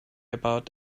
about